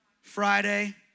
Friday